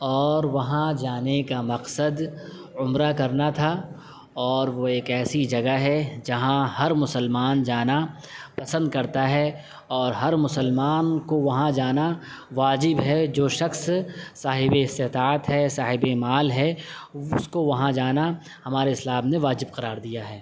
اور وہاں جانے کا مقصد عمرہ کرنا تھا اور وہ ایک ایسی جگہ ہے جہاں ہر مسلمان جانا پسند کرتا ہے اور ہرمسلمان کو وہاں جانا واجب ہے جو شخص صاحب استطاعت ہے صاحب مال ہے اس کو وہاں جانا ہمارے اسلام نے واجب قرار دیا ہے